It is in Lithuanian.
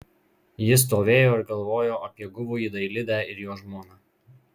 ji stovėjo ir galvojo apie guvųjį dailidę ir jo žmoną